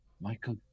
Michael